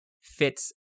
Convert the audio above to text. fits